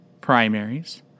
primaries